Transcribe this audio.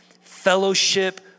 fellowship